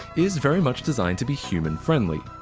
is very much designed to be human friendly.